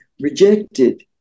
rejected